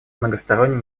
многосторонний